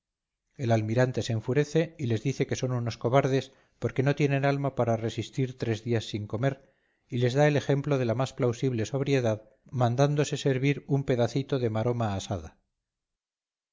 el almirante se enfurece y les dice que son unos cobardes porque no tienen alma para resistir tres días sin comer y les da el ejemplo de la más plausible sobriedad mandándose servir un pedacito de maroma asada